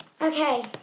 Okay